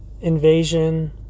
invasion